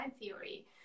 theory